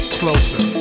closer